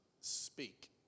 speak